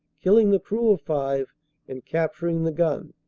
killing the crew of five and capturing the gun.